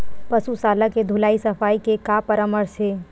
पशु शाला के धुलाई सफाई के का परामर्श हे?